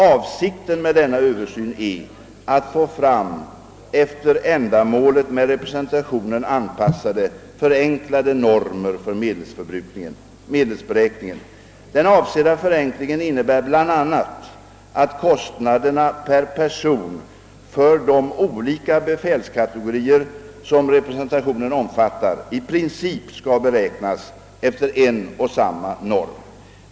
Avsikten med denna översyn är att få fram efter ändamålet med representationen anpassade, förenklade normer för medelsberäkningen. Den avsedda förenklingen innebär bl.a. att kostnaderna per person för de olika befälskategorier, som representationen omfattar, i princip skall beräknas efter en och samma norm.